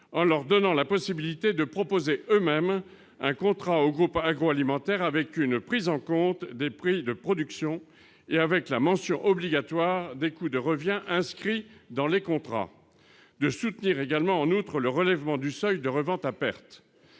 en leur donnant la possibilité de proposer eux-mêmes un contrat au groupe agroalimentaire avec une prise en compte des prix de production et avec la mention obligatoire des coûts de revient dans les contrats de soutenir également en outre le relèvement du seuil de revente à perte